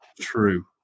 true